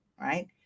right